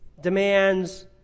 demands